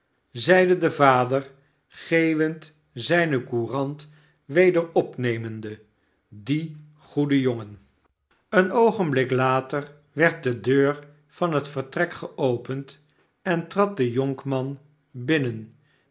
zeide de vader geeuwend zijne courant weder opnemende die goede jongen barnaby rudge vader en zoon een oogenblik later werd de deur van het vertrek geopend en trad de jonkman binnen